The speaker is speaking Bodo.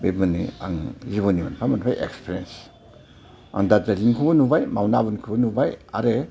बे मोननै आं जिबननि मोनफा मोनफा एक्सपिरियेन्स आं दार्जिलिंनिखौबो नुबाय माउण्ट आबुनिखौबो नुबाय आरो